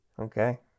Okay